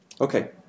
Okay